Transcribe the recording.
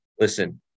listen